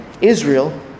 Israel